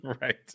Right